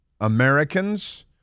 Americans